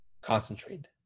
Concentrate